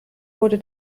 wurde